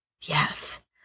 Yes